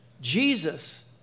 Jesus